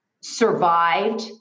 survived